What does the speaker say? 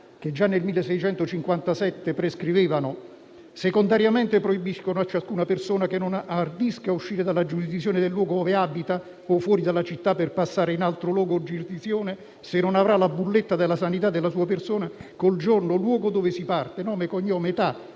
che già nel 1657 così prescrivevano: secondariamente proibiscono a ciascuna persona che ardisca uscire dalla giurisdizione del luogo dove abita o fuori dalla città per passare in altro luogo o giurisdizione, se non avrà la bolletta della sanità della sua persona con il giorno e luogo da dove si parte, nome, cognome, età,